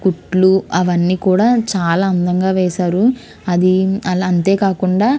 కుట్లు అవన్నీ కూడా చాలా అందంగా వేశారు అది అలా అంతేకాకుండా